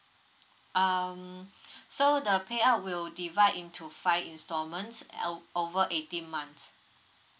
um so the payout will divide into five instalments L over eighteen months